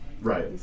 Right